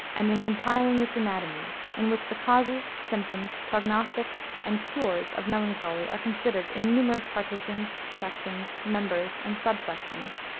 and in compiling this anatomy, in which the causes, symptoms, prognostics, and cures of melancholy are considered in numerous partitions, sections, members, and subsections.